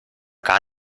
gar